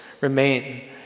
remain